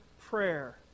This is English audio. prayer